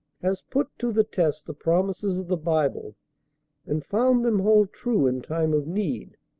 has put to the test the promises of the bible and found them hold true in time of need,